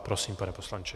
Prosím, pane poslanče.